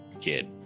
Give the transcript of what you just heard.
kid